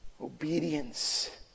obedience